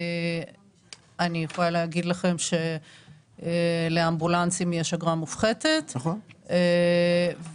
אני יכולה להגיד שלאמבולנסים יש אגרה מופחתת ויש